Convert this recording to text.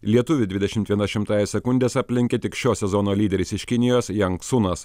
lietuvių dvidešim viena šimtąja sekundės aplenkė tik šio sezono lyderis iš kinijos jang sunas